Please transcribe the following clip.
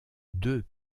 deux